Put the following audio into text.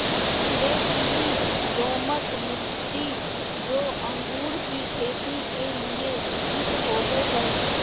रेतीली, दोमट मिट्टी, जो अंगूर की खेती के लिए उचित होवो हइ